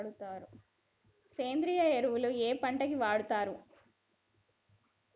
సేంద్రీయ ఎరువులు ఏ పంట కి వాడుతరు?